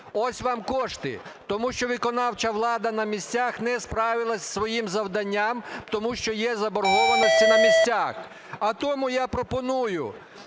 ось вам кошти. Тому що виконавча влада на місцях не справилася із своїм завданням, тому що є заборгованості на місцях. А тому я пропоную